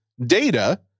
data